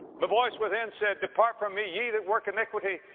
the voice within said, depart from me, ye that work iniquity.